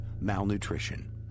malnutrition